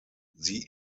sie